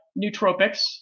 nootropics